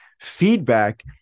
feedback